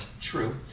True